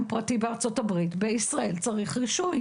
פרטי בארצות הברית בישראל צריך רישוי.